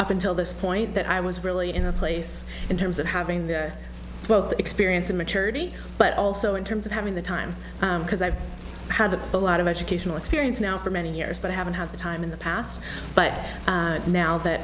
up until this point that i was really in the place in terms of having their wealth of experience and maturity but also in terms of having the time because i have a lot of educational experience now for many years but i haven't had the time in the past but now that